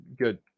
good